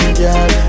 girl